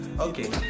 Okay